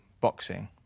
boxing